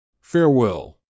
Farewell